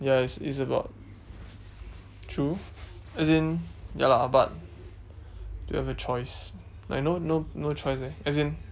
ya it's it's about true as in ya lah but do we have a choice like no no no choice leh as in